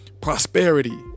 prosperity